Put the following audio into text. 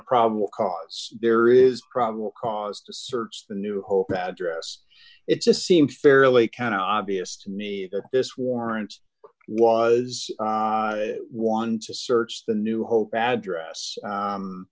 probable cause there is probable cause to search the new hope address it's a seems fairly count obvious to me that this warrant was one to search the new hope address